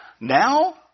Now